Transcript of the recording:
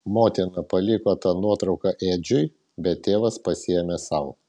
motina paliko tą nuotrauką edžiui bet tėvas pasiėmė sau